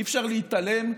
אי-אפשר להתעלם,